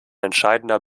entscheidender